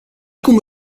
cum